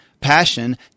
passion